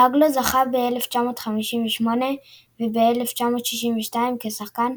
זגאלו זכה ב-1958 וב-1962 כשחקן,